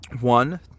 one